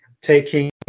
taking